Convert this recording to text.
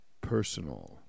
personal